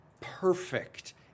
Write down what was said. perfect